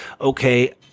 okay